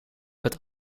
het